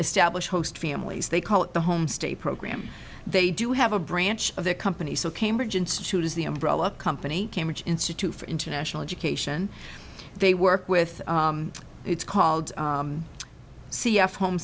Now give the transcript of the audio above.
establish host families they call it the home state program they do have a branch of their company so cambridge institute is the umbrella company cambridge institute for international education they work with it's called